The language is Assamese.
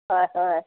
হয় হয়